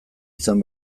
izan